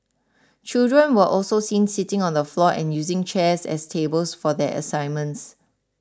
children were also seen sitting on the floor and using chairs as tables for their assignments